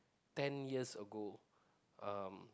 ten years ago